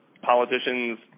politicians